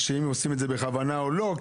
האם הם עושים את זה בכוונה או לא.